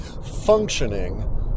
functioning